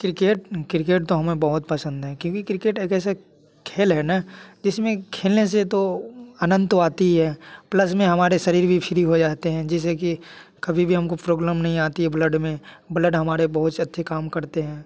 cricket cricket तो हमें बहुत पसंद है कि किर्केट है कैसे खेल है ना जिस में खेलने से तो आनंद तो आता है प्लस में हमारे शरीर भी फ्री हो जाते हैं जैसे कि कभी भी हम को प्रॉब्लम नहीं आती है ब्लड में ब्लड हमारा बहुत अच्छा काम करता है